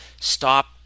stop